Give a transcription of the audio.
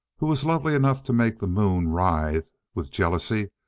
who was lovely enough to make the moon writhe with jealousy,